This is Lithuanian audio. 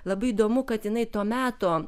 labai įdomu kad jinai to meto